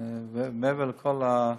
מעבר לכול,